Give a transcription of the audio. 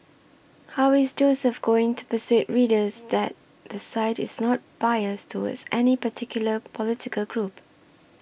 how is Joseph going to persuade readers that the site is not biased towards any particular political group